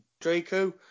Draco